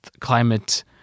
climate